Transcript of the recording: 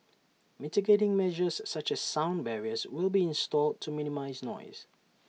mitigating measures such as sound barriers will be installed to minimise noise